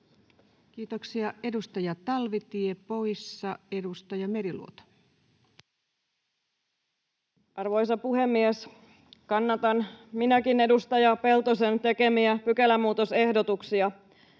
Kiitoksia. — Edustaja Talvitie poissa. — Edustaja Meriluoto. Arvoisa puhemies! Kannatan minäkin edustaja Peltosen tekemiä pykälämuutosehdotuksia.